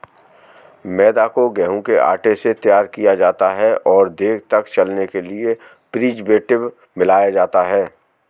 मैदा को गेंहूँ के आटे से तैयार किया जाता है और देर तक चलने के लिए प्रीजर्वेटिव मिलाया जाता है